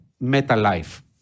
meta-life